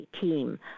team